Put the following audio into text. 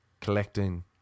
collecting